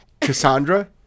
Cassandra